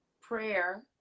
prayer